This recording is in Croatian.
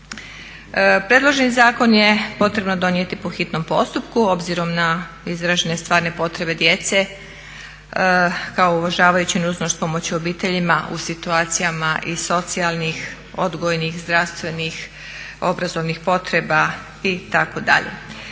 Predloženi zakon je potrebno donijeti po hitnom postupku, obzirom na izražene stvarne potrebe djece kao uvažavajući nužnost pomoći obiteljima u situacijama i socijalnih, odgojnih, zdravstvenih, obrazovnih potreba itd.